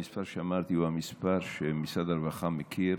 המספר שאמרתי הוא המספר שמשרד הרווחה מכיר.